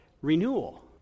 renewal